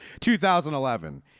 2011